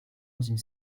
enzyme